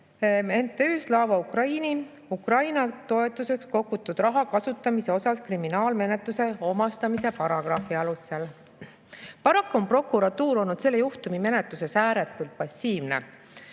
MTÜ Slava Ukraini Ukraina toetuseks kogutud raha kasutamise suhtes kriminaalmenetluse omastamise paragrahvi alusel. Paraku on prokuratuur olnud selle juhtumi menetluses ääretult passiivne.